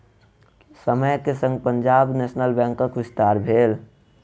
समय के संग पंजाब नेशनल बैंकक विस्तार भेल